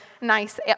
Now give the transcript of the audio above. nice